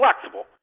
flexible